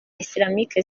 islamic